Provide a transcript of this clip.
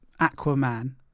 Aquaman